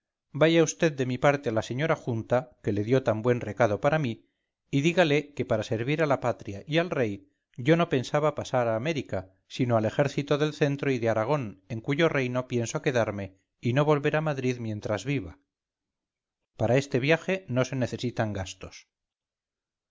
vaya usted de mi parte a la señora junta que le dio tan buen recado para mí y dígale que para servir a la patria y al rey yo no pensaba pasar a américa sino al ejército del centro y de aragón en cuyo reino pienso quedarme y no volver a madrid mientras viva para este viaje no se necesitan gastos